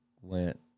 went